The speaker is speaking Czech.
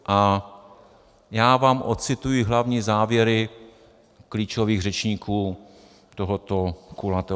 A já vám odcituji hlavní závěry klíčových řečníků tohoto kulatého stolu.